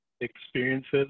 experiences